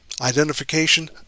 identification